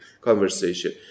conversation